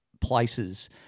places